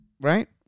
Right